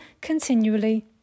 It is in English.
continually